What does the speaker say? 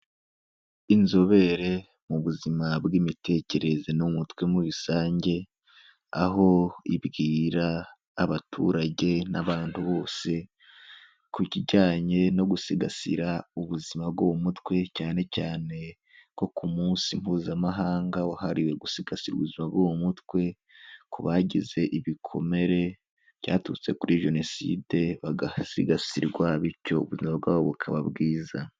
Inzobere mu buzima bw'imitekerereze no mu mutwe muri rusange, aho ibwira abaturage n'abantu bose ku kijyanye no gusigasira ubuzima bwo umutwe cyane cyane ko ku munsi mpuzamahanga wahariwe gusigasira ubuzima bwo mutwe, ku bagize ibikomere byaturutse kuri jenoside bagasigasirwa, bityo ubuzima bwabo bukaba bwiza.